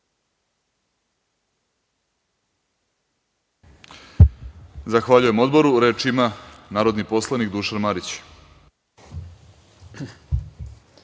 Zahvaljujem Odboru. Reč ima narodni poslanik Dušan